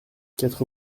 quatre